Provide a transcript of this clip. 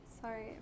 Sorry